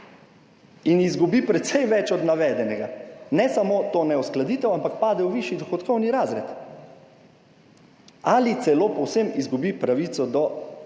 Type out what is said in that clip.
in izgubi precej več od navedenega. Ne samo ta neuskladitev, ampak pade v višji dohodkovni razred ali celo povsem izgubi pravico do